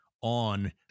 on